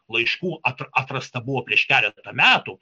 laiškų at atrastą buvo prieš keletą metų